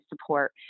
support